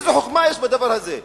איזו חוכמה יש בדבר הזה?